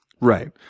Right